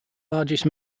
largest